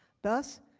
thus,